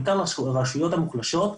ובעיקר לרשויות המוחלשות,